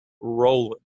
rolling